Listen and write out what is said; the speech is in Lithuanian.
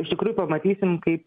iš tikrųjų pamatysim kaip